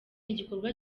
igikorwa